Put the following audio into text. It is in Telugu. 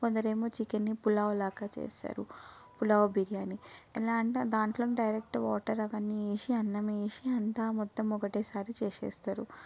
కొందరు ఏమో చికెన్ని పులావ్ లాగా చేస్తారు పులావ్ బిర్యాని ఎలా అంటే దాంట్లో డైరెక్ట్ వాటర్ అవన్నీ వేసి అన్నం వేసి అంతా మొత్తం ఒకటేసారి చేసేస్తారు